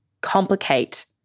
complicate